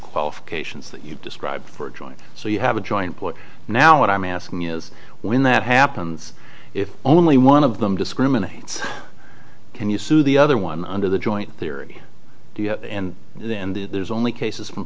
qualifications that you've described for a joint so you have a joint point now what i'm asking is when that happens if only one of them discriminates can you sue the other one under the joint theory and then there's only cases from